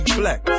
black